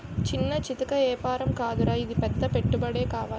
చిన్నా చితకా ఏపారం కాదురా ఇది పెద్ద పెట్టుబడే కావాలి